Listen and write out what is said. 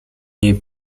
niej